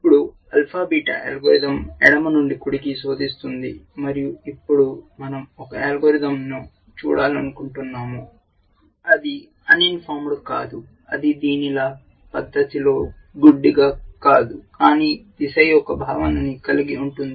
ఇప్పుడు alpha beta algorithm ఎడమ నుండి కుడికి శోధిస్తుంది మరియు ఇప్పుడు మనం ఒక అల్గోరిథం ని చూడాలనుకుంటున్నాను అది ఆన్ ఇం ఫార్మేడ్ కాదు అది దీనిలా పద్ధతిలో గుడ్డిగా కాదు కానీ దిశ యొక్క భావాన్ని కలిగి ఉంటుంది